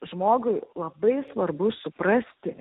žmogui labai svarbu suprasti